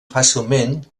fàcilment